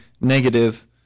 negative